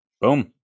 Boom